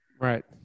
Right